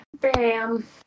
Bam